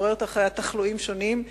שגוררת אחריה תחלואים שונים,